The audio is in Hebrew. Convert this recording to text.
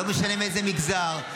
לא משנה מאיזה מגזר,